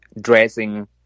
dressing